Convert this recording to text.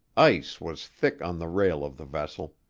ice was thick on the rail of the vessel.